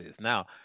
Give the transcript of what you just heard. Now